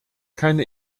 keine